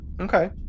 Okay